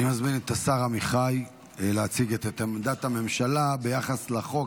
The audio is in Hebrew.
אני מזמין את השר עמיחי להציג את עמדת הממשלה ביחס לחוק,